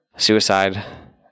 suicide